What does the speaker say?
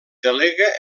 delega